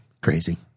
crazy